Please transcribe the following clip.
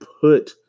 put